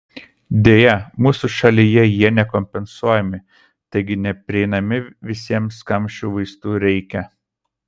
deja mūsų šalyje jie nekompensuojami taigi neprieinami visiems kam šių vaistų reikia